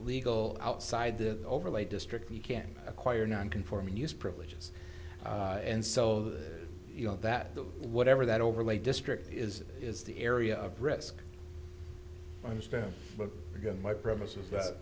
legal outside the overlay district you can acquire non conforming use privileges and so you know that the whatever that overlay district is is the area of risk understand my premises